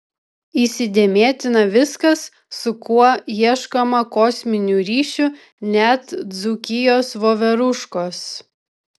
įsidėmėtina viskas su kuo ieškoma kosminių ryšių net dzūkijos voveruškos